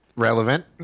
Relevant